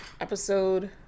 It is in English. Episode